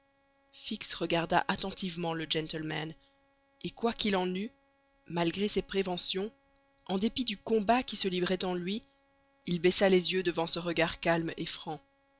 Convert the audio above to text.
fix regarda attentivement le gentleman et quoi qu'il en eût malgré ses préventions en dépit du combat qui se livrait en lui il baissa les yeux devant ce regard calme et franc